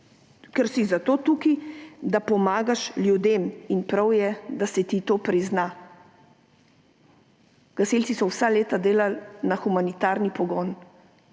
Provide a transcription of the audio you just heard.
ker si tukaj zato, da pomagaš ljudem. In prav je, da se ti to prizna. Gasilci so vsa leta delali na humanitarni pogon